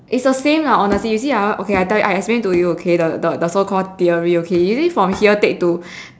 is the same lah honestly you see ah okay I tell you I explain to you okay the the so called theory okay you see from here take to